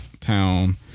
town